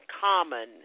common